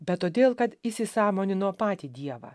bet todėl kad įsisąmonino patį dievą